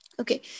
Okay